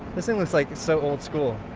this thing looks like so old-school,